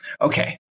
Okay